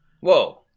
Whoa